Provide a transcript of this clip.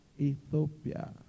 Ethiopia